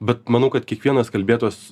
bet manau kad kiekvienas kalbėtojas